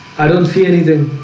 i don't see anything.